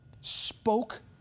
Spoke